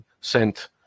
sent